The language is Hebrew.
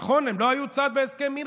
נכון, הם לא היו צד בהסכם מינכן.